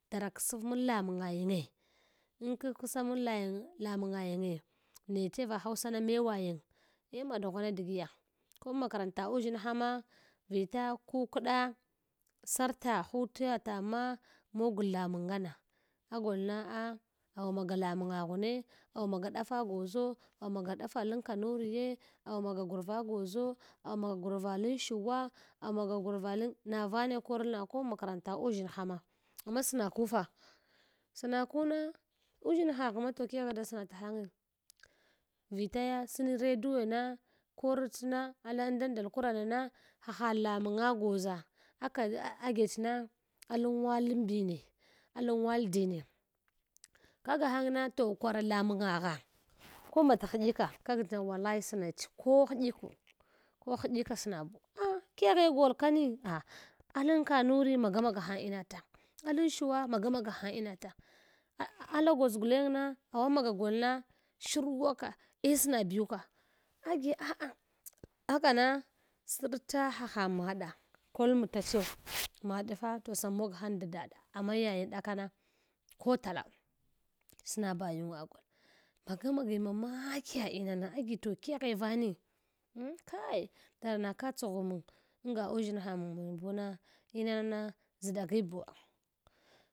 Dara ksagmang lawanga yinge, n kakuksamang lai lamnga yange nche va hausa na mewayang eh ma ɗughwana dagiya ko makaranta uʒshiha ma vita kukɗa sarta hutuwa tangma mogul lamang ngama agoha ah awa maga lamanga ghune, awa maga ɗafa gwoʒo, awa maga dafa lan kanuriye awa maga gurva gwoʒo awa maga gur valan shuwa au maga gurva lan navane korla ko inmakaranta uʒshin ma. Amma snaku fa, snaku na uʒshinb ghuma toh keghe da sna ta hange. Vitaya sni radio na korchna alan dandal kura nana haha lamanga gwoʒa aka agech na alan wala mbine alan wan dine, kaga hang fa toh kwara lamangagha ko mbata hdgika kagchag wallai snach ko ndliku ko ndlika snabu keghe gol kani ah alan kanuri maga maga hang ina tang alan shwa magamage hang ina tang alan gwoʒ gilang na awamaga golna shruwa ka eh sna biw ka agi a’ah aka na sarta haha maɗa kol inta che maɗfa toh sa moghang nda daɗa amma yaying ɗakana ko tala sna bayingwa akwa maga magi mamakiya inana agi toh keghe vani? kai dara na ka tsogh mang anga uʒshina mangmu buna inana na ʒɗagi buwa.